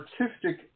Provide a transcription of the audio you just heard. artistic